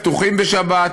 פתוחים בשבת,